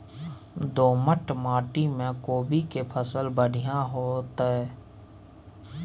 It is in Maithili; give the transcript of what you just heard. दोमट माटी में कोबी के फसल बढ़ीया होतय?